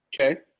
Okay